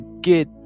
get